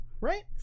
Right